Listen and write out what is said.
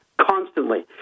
Constantly